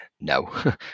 no